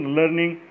learning